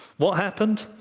what happened?